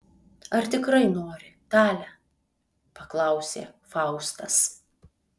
ar tikrai nori tale paklausė faustas